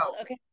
okay